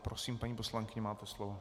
Prosím, paní poslankyně, máte slovo.